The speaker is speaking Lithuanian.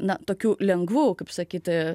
na tokiu lengvu kaip sakyt